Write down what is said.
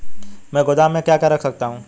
मैं गोदाम में क्या क्या रख सकता हूँ?